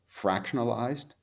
fractionalized